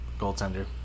goaltender